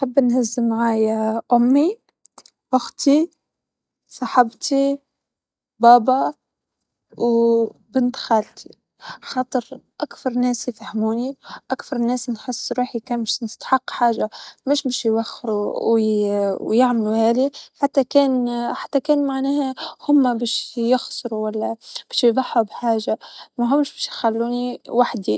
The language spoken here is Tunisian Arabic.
رح آخذ أمي وزوجي وأولادي، أظن هذول الأشخاص اللي ما أبغي أبعد عنهم الله يحفظهم لإلي، الله يرحم أبوي إنه لو كان موجود أكيد كنت باخده معي، لكن هو في مكان أحسن يعني، الله يرحمه فلو على المريخ راح أخذ أمي وزوجي وأولادي.